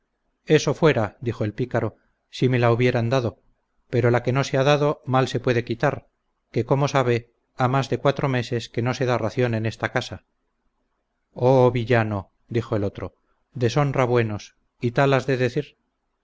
eso fuera dijo el pícaro si me la hubieran dado pero la que no se ha dado mal se puede quitar que como sabe ha más de cuatro meses que no se da ración en esta casa oh villano dijo el otro deshonra buenos y tal has de decir